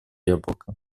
яблоко